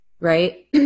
right